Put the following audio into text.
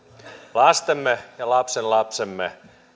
lapsemme ja lastenlapsemme